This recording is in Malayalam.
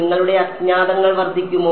നിങ്ങളുടെ അജ്ഞാതങ്ങൾ വർദ്ധിക്കുമോ